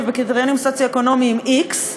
וקריטריונים סוציו-אקונומיים x,